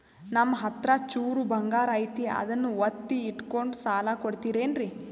ನಮ್ಮಹತ್ರ ಚೂರು ಬಂಗಾರ ಐತಿ ಅದನ್ನ ಒತ್ತಿ ಇಟ್ಕೊಂಡು ಸಾಲ ಕೊಡ್ತಿರೇನ್ರಿ?